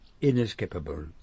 inescapable